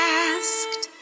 asked